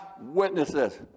witnesses